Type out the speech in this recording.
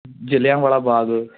Jallianwala Bagh